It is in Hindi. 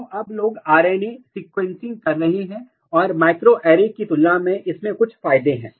तो अब लोग आरएनए अनुक्रमण कर रहे हैं और माइक्रोएरे की तुलना में इसके कुछ फायदे हैं